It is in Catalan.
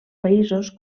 països